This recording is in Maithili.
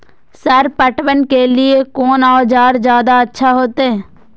सर पटवन के लीऐ कोन औजार ज्यादा अच्छा होते?